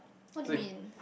what do you mean